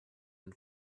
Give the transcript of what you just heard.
den